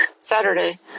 Saturday